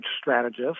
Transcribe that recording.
strategist